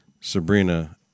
Sabrina